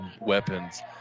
weapons